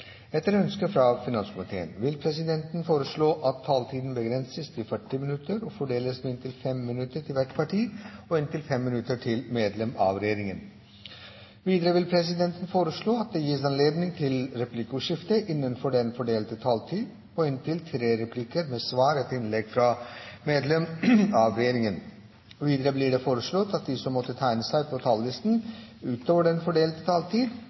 Etter ønske fra finanskomiteen vil presidenten foreslå at taletiden begrenses til 40 minutter og fordeles med inntil 5 minutter til hvert parti og inntil 5 minutter til medlem av regjeringen. Videre vil presidenten foreslå at det gis anledning til replikkordskifte på inntil tre replikker med svar etter innlegg fra medlem av regjeringen innenfor den fordelte taletid. Videre blir det foreslått at de som måtte tegne seg på talerlisten utover den fordelte taletid,